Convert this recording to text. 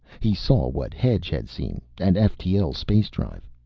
he saw what hedge had seen, an ftl space drive.